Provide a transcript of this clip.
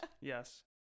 yes